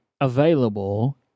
available